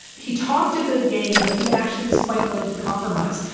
he talked a good game but he actually was quite willing to compromise.